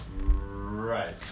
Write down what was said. Right